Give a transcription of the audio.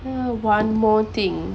uh one more thing